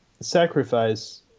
Sacrifice